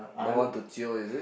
no one to jio is it